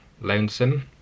Lonesome